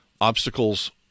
obstacles